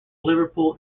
liverpool